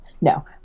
No